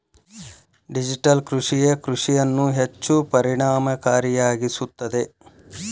digital ಕೃಷಿಯೇ ಕೃಷಿಯನ್ನು ಹೆಚ್ಚು ಪರಿಣಾಮಕಾರಿಯಾಗಿಸುತ್ತದೆ